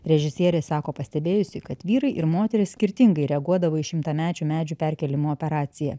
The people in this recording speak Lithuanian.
režisierė sako pastebėjusi kad vyrai ir moterys skirtingai reaguodavo į šimtamečių medžių perkėlimo operaciją